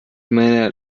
männer